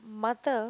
mother